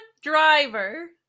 driver